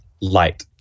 light